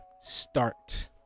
start